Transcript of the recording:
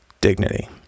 dignity